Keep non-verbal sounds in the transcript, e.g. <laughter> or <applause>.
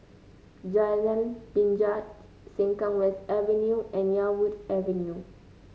Jalan Binjai <noise> Sengkang West Avenue and Yarwood Avenue